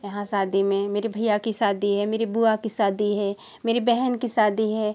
यहाँ शादी में मेरे भैया की शादी है मेरे बुआ की शादी है मेरे बहन की शादी है